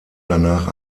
danach